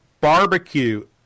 barbecue